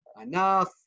enough